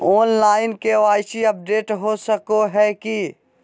Online KYC update हो सको है की?